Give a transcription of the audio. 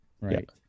Right